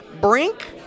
Brink